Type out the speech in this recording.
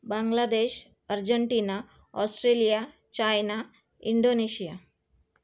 Bangladesh Argentina Australia China Indonesia